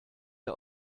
der